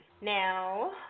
Now